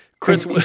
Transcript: Chris